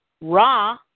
Ra